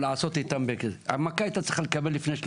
את המכה היו צריכים לתת לפני,